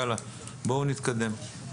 בואו נתקדם.